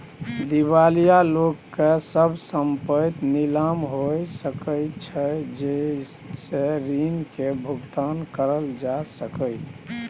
दिवालिया लोक के सब संपइत नीलाम हो सकइ छइ जइ से ऋण के भुगतान करल जा सकइ